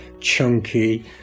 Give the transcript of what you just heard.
chunky